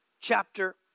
chapter